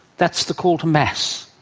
that's the call to mass.